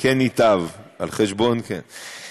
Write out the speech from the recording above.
כן ייטב, על חשבון, כן.